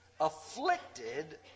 ...afflicted